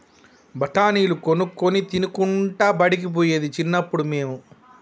బఠాణీలు కొనుక్కొని తినుకుంటా బడికి పోయేది చిన్నప్పుడు మేము